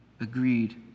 agreed